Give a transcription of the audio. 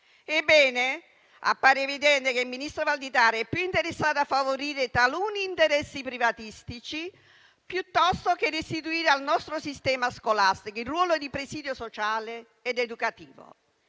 Ebbene appare evidente che il ministro Valditara è più interessato a favorire taluni interessi privatistici invece che a restituire al nostro sistema scolastico il ruolo di presidio sociale ed educativo.